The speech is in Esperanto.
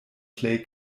plej